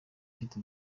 ifite